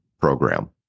Program